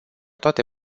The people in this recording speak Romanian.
toate